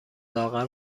لاغر